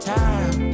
time